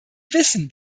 wissen